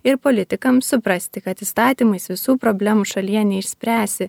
ir politikams suprasti kad įstatymais visų problemų šalyje neišspręsi